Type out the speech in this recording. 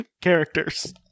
characters